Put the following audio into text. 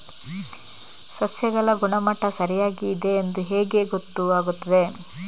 ಸಸ್ಯಗಳ ಗುಣಮಟ್ಟ ಸರಿಯಾಗಿ ಇದೆ ಎಂದು ಹೇಗೆ ಗೊತ್ತು ಆಗುತ್ತದೆ?